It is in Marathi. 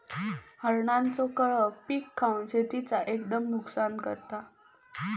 हरणांचो कळप पीक खावन शेतीचा एकदम नुकसान करता